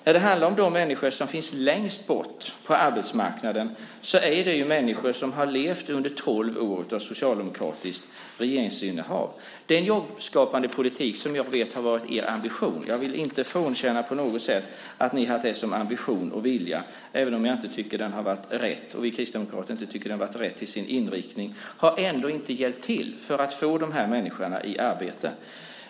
När det handlar om de människor som står längst bort från arbetsmarknaden är det människor som har levt i tolv år med socialdemokratiskt regeringsinnehav. Den jobbskapande politik som jag vet har varit er ambition - jag vill inte på något sätt frånkänna er att ha haft denna ambition och vilja, även om jag och vi kristdemokrater inte tycker att den haft rätt inriktning - har inte räckt till för att få dessa människor i arbete.